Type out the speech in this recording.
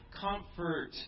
comfort